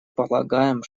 полагаем